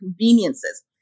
conveniences